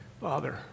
father